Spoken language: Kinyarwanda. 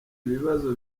bibazo